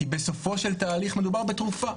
כי בסופו של תהליך מדובר בתרופה.